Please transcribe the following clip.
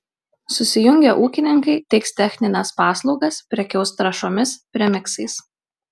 susijungę ūkininkai teiks technines paslaugas prekiaus trąšomis premiksais